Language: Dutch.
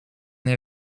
naar